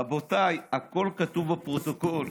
רבותיי, הכול כתוב בפרוטוקול.